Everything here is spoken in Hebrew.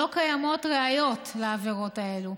לא קיימות ראיות לעבירות האלה.